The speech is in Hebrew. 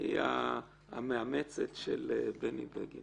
ההצעה הממשלתית מספקת כדי לספק הצדקה מלאה